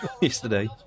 yesterday